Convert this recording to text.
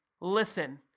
Listen